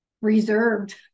reserved